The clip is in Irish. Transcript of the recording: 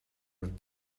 rud